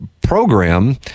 program